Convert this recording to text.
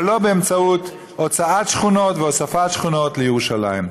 אבל לא באמצעות הוצאת שכונות והוספת שכונות לירושלים.